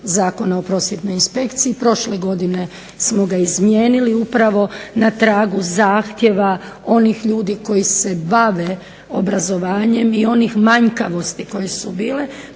Zakona o Prosvjetnoj inspekciji, prošle godine smo ga izmijenili upravo na tragu zahtjeva onih ljudi koji se bave obrazovanjem i onih manjkavosti koje su bile.